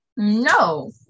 No